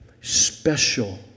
special